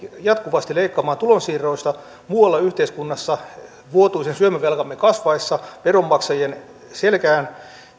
jatkuvasti leikkaamaan tulonsiirroista muualla yhteiskunnassa vuotuisen syömävelkamme kasvaessa veronmaksajien selkään